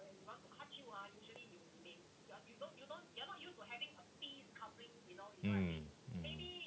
mm mm